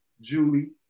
Julie